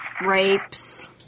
rapes